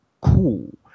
cool